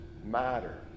Matter